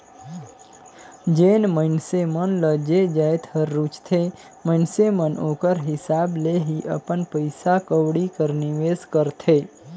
जेन मइनसे मन ल जे जाएत हर रूचथे मइनसे मन ओकर हिसाब ले ही अपन पइसा कउड़ी कर निवेस करथे